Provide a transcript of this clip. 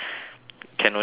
can only choose one